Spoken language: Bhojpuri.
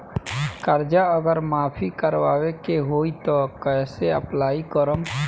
कर्जा अगर माफी करवावे के होई तब कैसे अप्लाई करम?